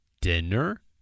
dinner